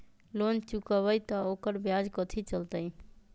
Loan चुकबई त ओकर ब्याज कथि चलतई?